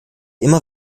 immer